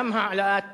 גם העלאת מחירים,